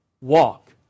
walk